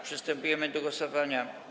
Przystępujemy do głosowania.